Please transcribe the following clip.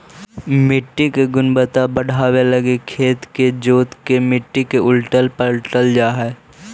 मट्टी के गुणवत्ता बढ़ाबे लागी खेत के जोत के मट्टी के उलटल पलटल जा हई